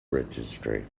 registry